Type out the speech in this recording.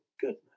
goodness